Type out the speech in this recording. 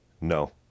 No